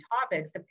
topics